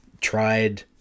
tried